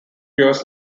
years